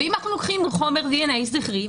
אם אנחנו לוקחים דנ"א זכרי,